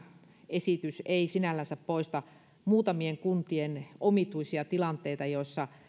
esitys ei sinällänsä poista muutamien kuntien omituisia tilanteita joissa